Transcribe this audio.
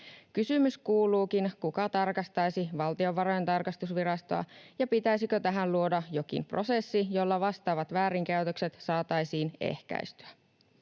Kysymys kuuluukin: kuka tarkastaisi Valtiontalouden tarkastusvirastoa, ja pitäisikö tähän luoda jokin prosessi, jolla vastaavat väärinkäytökset saataisiin ehkäistyä?